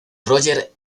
roger